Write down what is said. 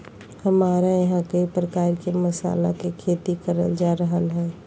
हमरा यहां कई प्रकार के मसाला के खेती करल जा रहल हई